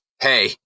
Hey